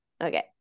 okay